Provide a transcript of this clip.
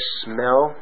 smell